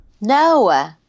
No